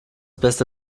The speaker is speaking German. beste